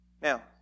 Now